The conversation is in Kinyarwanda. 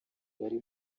bari